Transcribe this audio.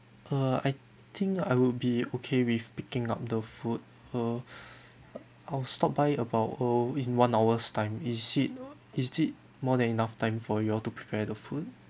uh I think I would be okay with picking up the food uh I'll stop by about uh in one hour time is it is it more than enough time for you all to prepare the food